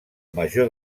major